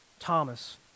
Thomas